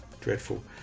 dreadful